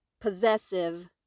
possessive